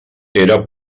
era